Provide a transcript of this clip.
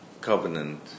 covenant